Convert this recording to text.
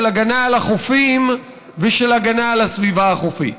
הגנה על החופים ושל הגנה על הסביבה החופית,